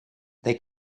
they